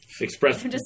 Express